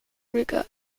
riga